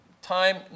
time